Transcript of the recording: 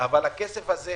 אבל הכסף הזה,